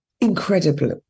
incredible